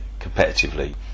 competitively